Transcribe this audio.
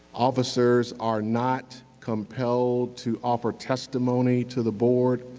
officers are not compelled to offer testimony to the board,